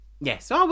Yes